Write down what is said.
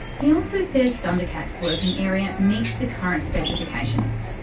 he also says thundercat's working area meets the current specifications.